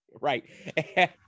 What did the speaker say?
Right